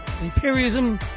imperialism